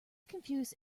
confuse